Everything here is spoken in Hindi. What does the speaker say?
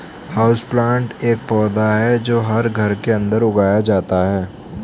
हाउसप्लांट एक पौधा है जो घर के अंदर उगाया जाता है